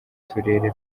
turere